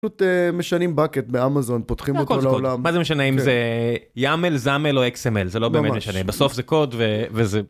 פשוט משנים bucket באמזון פותחים אותו לעולם. מה זה משנה אם זה zmal ymal או xml זה לא באמת משנה. בסוף זה קוד וזה...